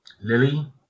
Lily